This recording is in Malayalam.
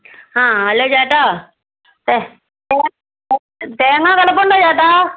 ആ ഹലോ ചേട്ടാ തേ തേങ്ങ കിടപ്പുണ്ടോ ചേട്ടാ